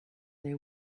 they